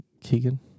Keegan